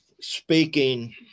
speaking